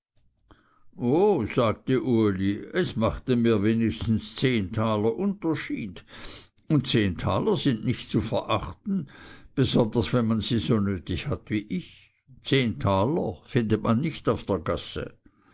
oh sagte uli es machte mir wenigstens zehn taler unterschied und zehn taler sind nicht zu verachten besonders wenn man sie so nötig hat wie ich zehn taler findet man nicht auf der gasse